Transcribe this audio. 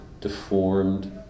deformed